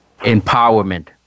Empowerment